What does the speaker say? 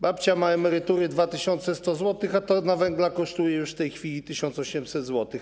Babcia ma emerytury 2100 zł, a tona węgla kosztuje już w tej chwili 1800 zł.